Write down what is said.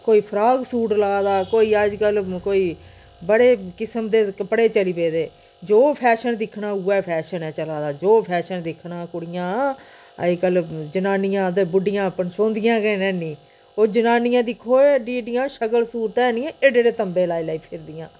कोई frock suit ला दा कोई अज्जकल कोई बड़े किस्म दे कपड़े चली पेदे जो फैशन दिक्खना उ'यै फैशन ऐ चला दा जो फैशन दिक्खना कुड़ियां अज्जकल जनानियां ते बुड्डियां पंछोदियां गै हैनी ओह् जनानियां दिक्खो ऐड्डियां ऐड्डियां शकल सूरतां हैनी एड्डे एड्डे तम्बें लाई लाई फिरदियां